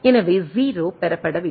எனவே 0 பெறப்படவில்லை